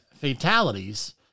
fatalities